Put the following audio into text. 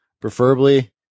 preferably